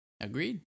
Agreed